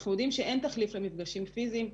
אנחנו יודעים שאין תחליף למפגשים פיזיים,